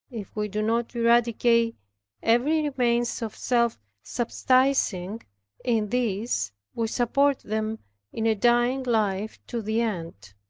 if we do not eradicate every remains of self subsisting in these, we support them in a dying life to the end.